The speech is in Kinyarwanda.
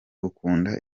ukunda